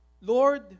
Lord